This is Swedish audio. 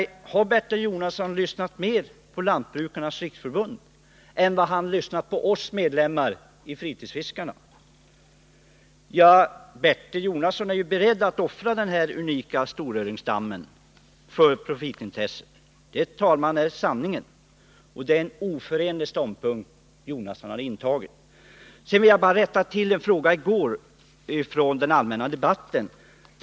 Har Bertil Jonasson lyssnat mer på Lantbrukarnas riksförbund än på oss medlemmar i Fritidsfiskarnas riksförbund? Bertil Jonasson är ju beredd att för profitintresset offra den unika storöringsdammen. Detta, herr talman, är sanningen. Det är en ohållbar ståndpunkt som Bertil Jonasson har intagit. Sedan vill jag rätta till en sak från den allmänna debatten i går.